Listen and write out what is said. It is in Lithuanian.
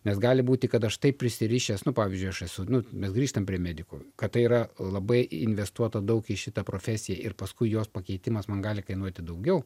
nes gali būti kad aš taip prisirišęs nu pavyzdžiui aš esu nu mes grįžtam prie medikų kad tai yra labai investuota daug į šitą profesiją ir paskui jos pakeitimas man gali kainuoti daugiau